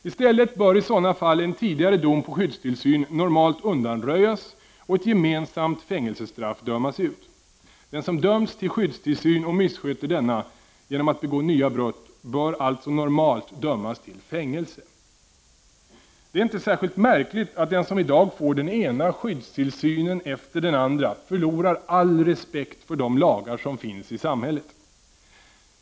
I stället bör i sådana fall en tidigare dom på skyddstillsyn normalt undanröjas och ett gemensamt fängelsestraff dömas ut. Den som dömts till skyddstillsyn och missköter denna genom att begå nya brott bör alltså normalt dömas till fängelse. Det är inte särskilt märkligt att den som i dag får den ena skyddstillsynen efter den andra förlorar all respekt för de lagar som finns i samhället.